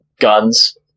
guns